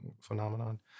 phenomenon